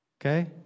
Okay